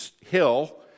hill